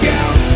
out